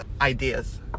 ideas